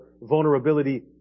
vulnerability